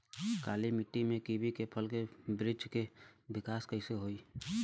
काली मिट्टी में कीवी के फल के बृछ के विकास कइसे होई?